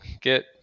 Get